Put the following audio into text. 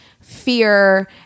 fear